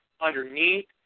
underneath